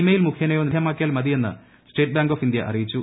mail മുഖേനയോ ലഭ്യമാക്കിയാൽ മതിയെന്ന് സ്റ്റേറ്റ് ബാങ്ക് ഓഫ് ഇന്ത്യ അറിയിച്ചു